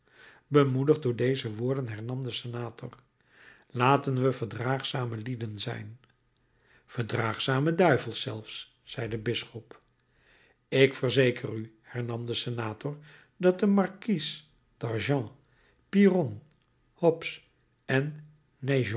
bemoedigd door deze woorden hernam de senator laten we verdraagzame lieden zijn verdraagzame duivels zelfs zei de bisschop ik verzeker u hernam de senator dat de markies d'argens pyrrhon hobbes en